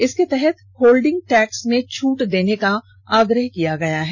इसके तहत holding tax में छट देने का आग्रह किया गया है